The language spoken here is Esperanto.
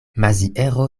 maziero